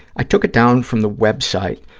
i took it down from the web site,